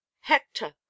Hector